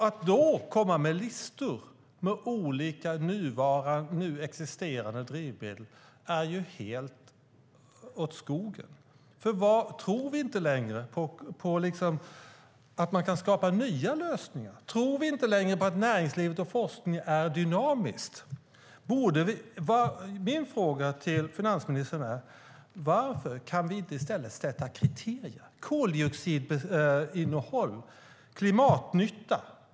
Att då komma med listor med olika nu existerande drivmedel är helt åt skogen. Tror vi inte längre att man kan skapa nya lösningar? Tror vi inte längre att näringslivet och forskningen är dynamiska? Min fråga till finansministern är: Varför kan vi inte i stället sätta kriterier - koldioxidinnehåll och klimatnytta?